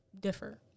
differ